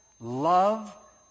love